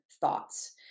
thoughts